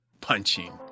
punching